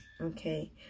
Okay